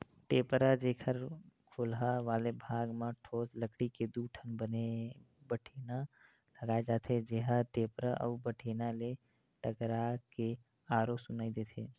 टेपरा, जेखर खोलहा वाले भाग म ठोस लकड़ी के दू ठन बठेना लगाय जाथे, जेहा टेपरा अउ बठेना ले टकरा के आरो सुनई देथे